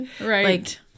right